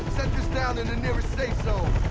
set this down in the nearest safe so